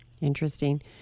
Interesting